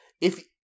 if-